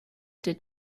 did